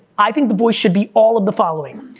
i think the voice should be all of the following,